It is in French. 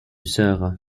sahara